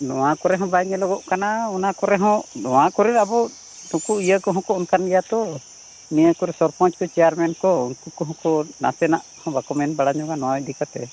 ᱱᱚᱣᱟ ᱠᱚᱨᱮ ᱦᱚᱸ ᱵᱟᱭ ᱧᱮᱞᱚᱜᱚᱜ ᱠᱟᱱᱟ ᱚᱱᱟ ᱠᱚᱨᱮ ᱦᱚᱸ ᱱᱚᱣᱟ ᱠᱚᱨᱮ ᱫᱚ ᱟᱵᱚ ᱤᱭᱟᱹ ᱠᱚᱦᱚᱸ ᱠᱚ ᱚᱱᱠᱟᱱ ᱜᱮᱭᱟ ᱛᱚ ᱱᱤᱭᱟᱹ ᱠᱚᱨᱮ ᱥᱚᱨᱯᱚᱧᱡᱽ ᱠᱚ ᱪᱮᱭᱟᱨᱢᱮᱱ ᱠᱚ ᱩᱱᱠᱩ ᱠᱚᱦᱚᱸ ᱠᱚ ᱱᱟᱥᱮᱱᱟᱜ ᱠᱚ ᱵᱟᱠᱚ ᱢᱮᱱ ᱵᱟᱲᱟ ᱧᱚᱜᱟ ᱱᱚᱜᱼᱚᱸᱭ ᱤᱫᱤ ᱠᱟᱛᱮᱫ